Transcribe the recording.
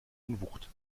unwucht